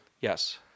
Yes